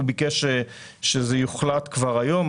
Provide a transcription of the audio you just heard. הוא ביקש שזה יוחלט כבר היום.